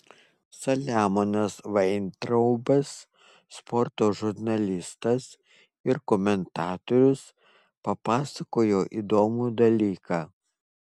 saliamonas vaintraubas sporto žurnalistas ir komentatorius papasakojo įdomų dalyką